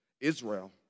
Israel